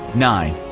nine.